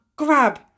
Grab